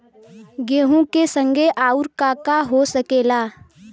गेहूँ के संगे आऊर का का हो सकेला?